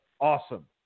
awesome